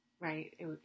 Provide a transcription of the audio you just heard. right